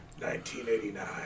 1989